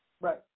Right